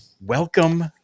welcome